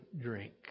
drink